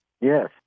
Yes